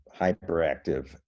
hyperactive